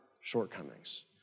shortcomings